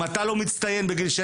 אם אתה לא מצטיין בגיל 16